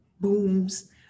booms